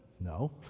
No